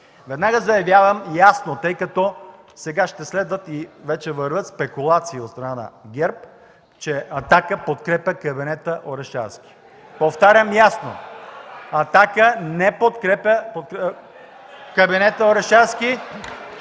Веднага заявявам ясно, тъй като сега ще следват и вече вървят спекулации от страна на ГЕРБ, че „Атака” подкрепя кабинета Орешарски. Повтарям ясно – „Атака” не подкрепя кабинета Орешарски.